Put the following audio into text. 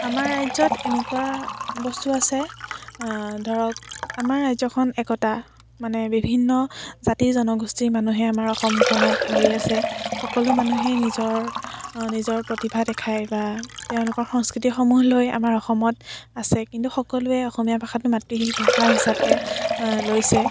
আমাৰ ৰাজ্যত এনেকুৱা বস্তু আছে ধৰক আমাৰ ৰাজ্যখন একতা মানে বিভিন্ন জাতি জনগোষ্ঠীৰ মানুহে আমাৰ অসমখনত ভৰি আছে সকলো মানুহেই নিজৰ নিজৰ প্ৰতিভা দেখাই বা তেওঁলোকৰ সংস্কৃতিসমূহ লৈ আমাৰ অসমত আছে কিন্তু সকলোৱে অসমীয়া ভাষাটোকে মাতৃভাষা হিচাপে লৈছে